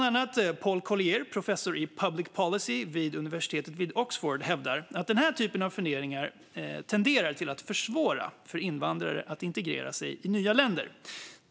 Paul Collier, professor i public policy vid University of Oxford, hävdar att den här typen av föreningar tenderar att försvåra för invandrare att integrera sig i nya länder.